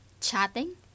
chatting